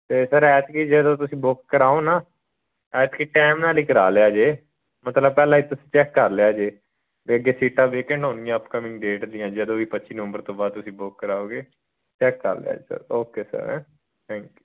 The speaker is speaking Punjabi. ਅਤੇ ਸਰ ਐਤਕੀ ਜਦੋਂ ਤੁਸੀਂ ਬੁੱਕ ਕਰਾਓ ਨਾ ਐਤਕੀ ਟਾਈਮ ਨਾਲ ਹੀ ਕਰਾ ਲਿਆ ਜੇ ਮਤਲਬ ਪਹਿਲਾਂ ਇੱਕ ਚੈੱਕ ਕਰ ਲਿਆ ਜੇ ਅਤੇ ਅੱਗੇ ਸੀਟਾਂ ਵੀਕੈਂਟ ਹੋਣੀਆਂ ਅਪਕਮਿੰਗ ਡੇਟ ਦੀਆਂ ਜਦੋਂ ਵੀ ਪੱਚੀ ਨਵੰਬਰ ਤੋਂ ਬਾਅਦ ਤੁਸੀਂ ਬੁੱਕ ਕਰਾਓਗੇ ਚੈੱਕ ਕਰ ਲਿਆ sir okay sir thank you